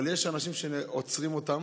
אבל יש אנשים שעוצרים אותם,